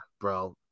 bro